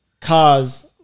cars